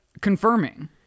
confirming